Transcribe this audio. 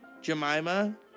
Jemima